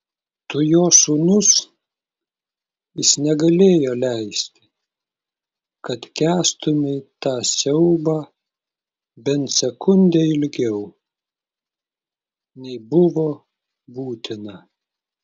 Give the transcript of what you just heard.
tu jo sūnus jis negalėjo leisti kad kęstumei tą siaubą bent sekundę ilgiau nei buvo būtina